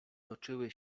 toczyły